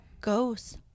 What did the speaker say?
ghosts